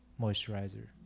moisturizer